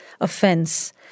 offense